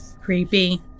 Creepy